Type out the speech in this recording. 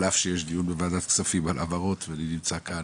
על אף שיש דיון בוועדת כספים על העברות אני נמצא כאן.